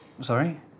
Sorry